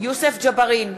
יוסף ג'בארין,